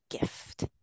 gift